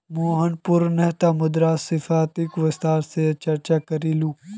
रोहन पुनः मुद्रास्फीतित विस्तार स चर्चा करीलकू